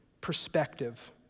perspective